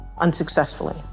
unsuccessfully